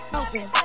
open